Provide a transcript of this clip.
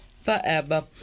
forever